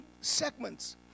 segments